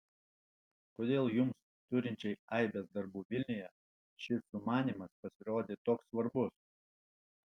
kodėl jums turinčiai aibes darbų vilniuje šis sumanymas pasirodė toks svarbus